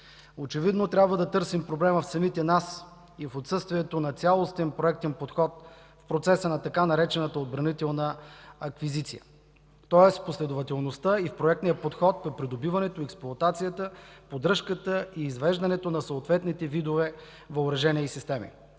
Очевидно трябва да търсим проблема в самите нас и в отсъствието на цялостен проектен подход в процеса на така наречената отбранителна аквизиция, тоест последователността и проектният подход по придобиването, експлоатацията, поддръжката и извеждането на съответните видове въоръжени системи.